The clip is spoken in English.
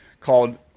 called